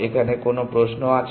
এখানে কোন প্রশ্ন আছে